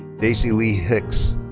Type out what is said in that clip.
daicy lee hicks.